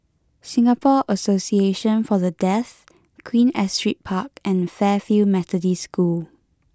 Singapore Association for the Deaf Queen Astrid Park and Fairfield Methodist School